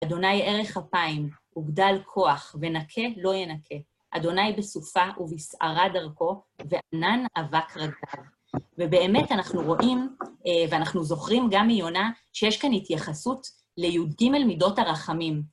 ה' ערך אפיים, וגדל כוח, ונקה לא ינקה. ה' בסופה ובסערה דרכו, וענן אבק רגליו. ובאמת אנחנו רואים, ואנחנו זוכרים גם מיונה, שיש כאן התייחסות לי"ג מידות הרחמים.